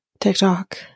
TikTok